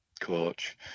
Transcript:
coach